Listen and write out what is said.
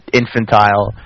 infantile